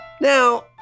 Now